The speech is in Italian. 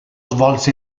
svolse